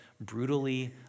brutally